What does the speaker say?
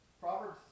Proverbs